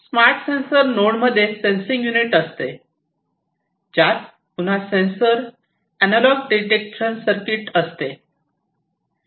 smart sensor नोडमध्ये sensing unit असते ज्यात पुन्हा सेन्सर एनालॉग डिटेक्शन सर्किट असते